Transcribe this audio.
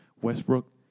Westbrook